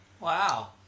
Wow